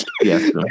Yes